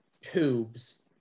tubes